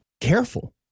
careful